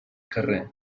carrer